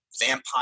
vampire